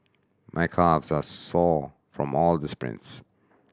my calves are sore from all the sprints